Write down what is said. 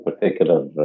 particular